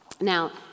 Now